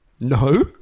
No